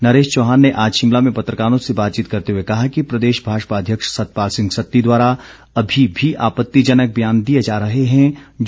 नरेश चौहान ने आज शिमला में पत्रकारों से बातचीत करते हुए कहा कि प्रदेश भाजपा अध्यक्ष सतपाल सिंह सत्ती द्वारा अभी भी आपत्तिजनक बयान दिए जा रहे हैं जो दुर्भाग्यपूर्ण हैं